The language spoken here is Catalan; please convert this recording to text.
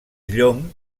llong